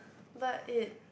but it